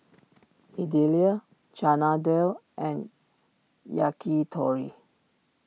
Idili Chana Dal and Yakitori